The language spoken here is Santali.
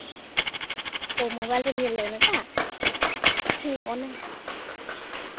ᱚ ᱢᱳᱵᱟᱭᱤᱞ ᱨᱮᱢ ᱧᱮᱞ ᱞᱮᱜ ᱚᱱᱟᱴᱟᱜ ᱦᱮᱸ ᱚᱱᱟ